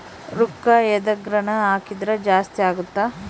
ರೂಕ್ಕ ಎದ್ರಗನ ಹಾಕಿದ್ರ ಜಾಸ್ತಿ ಅಗುತ್ತ